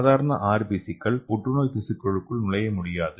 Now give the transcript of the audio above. சாதாரண RBC க்கள் புற்றுநோய் திசுக்களுக்குள் நுழைய முடியாது